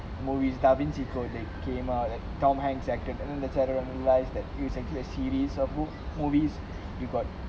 movies da vinci code that came out tom hanks acted in and then I realised that it's actually a series of books movies you got